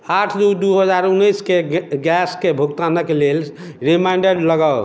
आठ दू दू हजार उन्नैस के गैस के भुगतानक लेल रिमाइंडर लगाउ